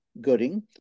Gooding